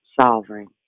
sovereign